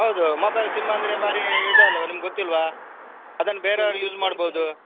ಹೌದು mobile sim ಅಂದರೆ ಭಾರಿ ಇದು ಅಲ್ವಾ ನಿಮ್ಗೆ ಗೊತ್ತಿಲ್ಲವಾ ಅದನ್ನು ಬೇರೆ ಅವ್ರು ಯೂಸ್ ಮಾಡ್ಬೋದು